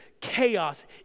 chaos